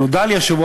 נודע לי השבוע